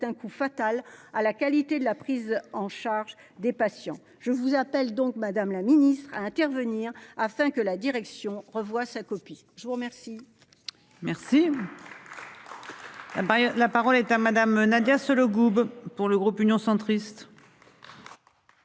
un coup fatal à la qualité de la prise en charge des patients. Je vous appelle donc Madame la ministre à intervenir afin que la direction revoit sa copie. Je vous remercie. Merci.-- Bah, la parole est à madame Nadia Sollogoub pour le groupe Union centriste.